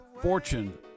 Fortune